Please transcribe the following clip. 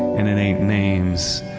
and it ain't names,